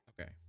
okay